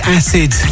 acid